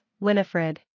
Winifred